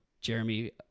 jeremy